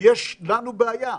שיש לנו בעיה.